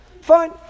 Fine